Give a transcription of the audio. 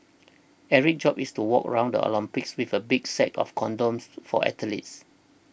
Eric's job is to walk around the Olympics with a big sack of condoms for athletes